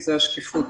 שקיפות.